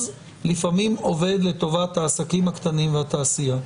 לפעמים עובד לטובת העסקים הקטנים והתעשייה,